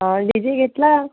आं DJ घेतला